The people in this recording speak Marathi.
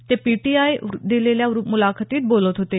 ते पी टी आयला दिलेल्या मुलाखतीत बोलत होते